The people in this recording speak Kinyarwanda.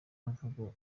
mvugo